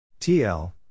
TL